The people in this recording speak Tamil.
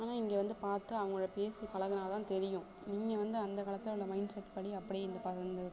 ஆனால் இங்கே வந்து பார்த்து அவங்களோட பேசி பழகுனாதான் தெரியும் நீங்கள் வந்து அந்த காலத்தில் உள்ள மைண்ட் செட் படி அப்படியே இந்த பா இந்த